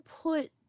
put